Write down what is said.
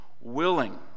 willing